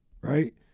right